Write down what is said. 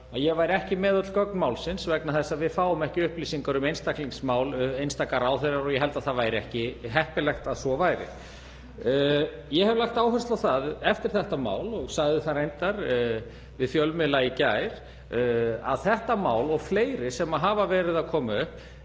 ég væri ekki með öll gögn málsins vegna þess að við fáum ekki upplýsingar um einstaklingsmál einstakra ráðherra og ég held að það væri ekki heppilegt að svo væri. Ég hef lagt áherslu á það eftir þetta mál, og sagði það reyndar við fjölmiðla í gær, að þetta mál og fleiri sem hafa verið að koma upp